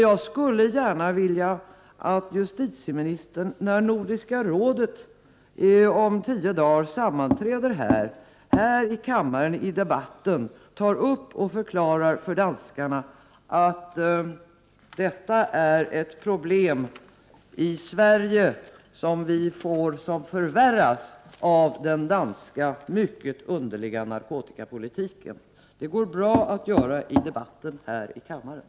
Jag skulle gärna vilja att justitieministern när Nordiska rådet om tio dagar sammanträder här i debatten förklarar för danskarna att detta är ett problem i Sverige som förvärras av den mycket underliga danska narkotikapolitiken. Det går bra att ta upp det i debatten här i kammaren.